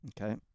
Okay